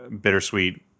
bittersweet